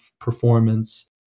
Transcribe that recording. performance